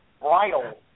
bridal